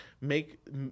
make